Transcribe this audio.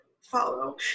follow